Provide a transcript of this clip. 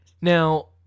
now